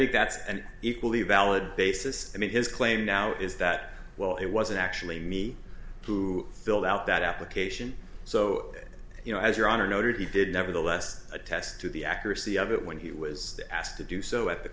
think that's an equally valid basis i mean his claim now is that well it wasn't actually me who filled out that application so you know as your honor noted he did nevertheless attest to the accuracy of it when he was asked to do so at the